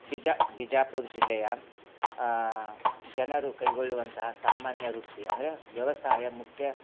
ಬಿಜ ಬಿಜಾಪುರ ಜಿಲ್ಲೆಯ ಜನರು ಕೈಗೊಳ್ಳುವಂಥ ಸಾಮಾನ್ಯ ವೃತ್ತಿ ಅಂದರೆ ವ್ಯವಸಾಯ ಮುಖ್ಯ